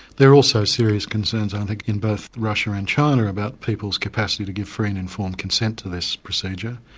there are also serious concerns i think in both russia and china about people's capacity to give free and informed consent to this procedure,